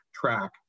track